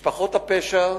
משפחות הפשע,